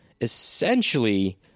essentially